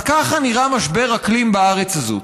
אז ככה נראה משבר אקלים בארץ הזאת.